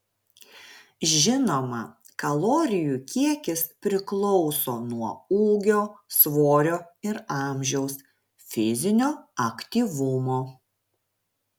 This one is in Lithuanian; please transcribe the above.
žinoma kalorijų kiekis priklauso nuo ūgio svorio ir amžiaus fizinio aktyvumo